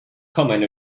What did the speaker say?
common